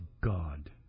God